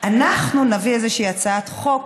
אנחנו נביא איזושהי הצעת חוק